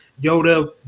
Yoda